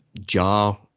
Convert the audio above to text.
jar